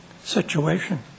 situation